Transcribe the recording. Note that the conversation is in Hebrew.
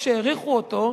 כשהאריכו אותו,